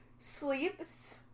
sleeps